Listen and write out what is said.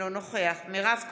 אינו נוכח מירב כהן,